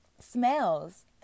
Smells